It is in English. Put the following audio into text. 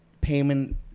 payment